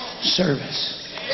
service